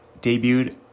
debuted